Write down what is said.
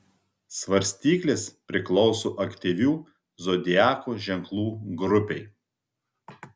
svarstyklės priklauso aktyvių zodiako ženklų grupei